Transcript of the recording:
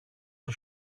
στο